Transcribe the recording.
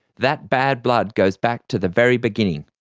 that bad blood goes back to the very beginning.